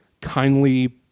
Kindly